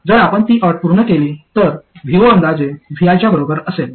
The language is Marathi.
जर आपण ती अट पूर्ण केली तर vo अंदाजे vi च्या बरोबर असेल